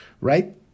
right